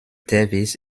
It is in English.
davis